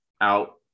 out